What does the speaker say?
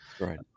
Right